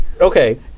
Okay